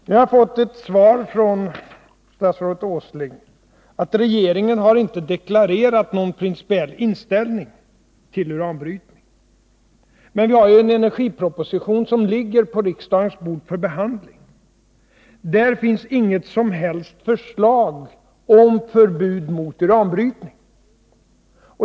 Nu har jag fått ett svar från statsrådet Åsling, att regeringen inte har deklarerat någon principiell inställning till uranbrytning. Men det ligger ju en energiproposition på riksdagens bord för behandling. Den innehåller inte något som helst förslag om förbud mot uranbrytning.